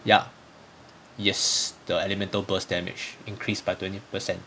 ya yes the elemental burst damage increased by twenty percent